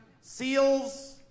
seals